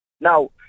Now